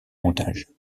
montage